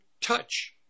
touch